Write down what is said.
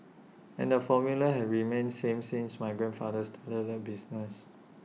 and the formula has remained same since my grandfather started the business